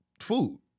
food